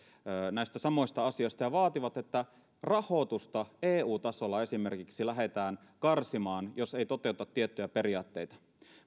näistä samoista asioista ja vaativat että rahoitusta esimerkiksi eu tasolla lähdetään karsimaan jos ei toteuta tiettyjä periaatteita